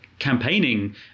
campaigning